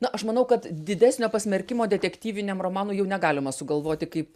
na aš manau kad didesnio pasmerkimo detektyviniam romanui jau negalima sugalvoti kaip